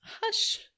Hush